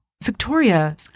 Victoria